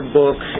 book